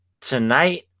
tonight